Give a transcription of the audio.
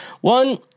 One